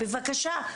בבקשה.